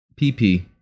PP